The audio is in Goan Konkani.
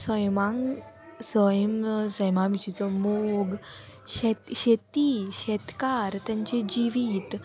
सैमांग सैम सैमा विशींचो मोग शेत शेती शेतकार तेंचे जिवीत